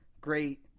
great